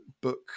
book